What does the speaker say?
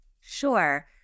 Sure